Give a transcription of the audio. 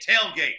tailgate